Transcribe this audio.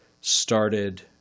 started –